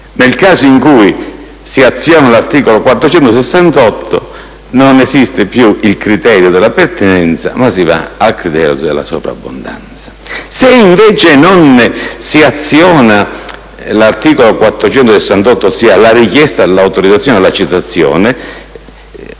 Nel caso in cui si azioni l'articolo 468, non esiste più il criterio della pertinenza, ma si va al criterio della sovrabbondanza. Se invece non si aziona l'articolo 468, ossia la richiesta dell'autorizzazione alla citazione,